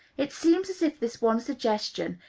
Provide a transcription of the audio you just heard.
it seems as if this one suggestion,